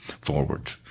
forward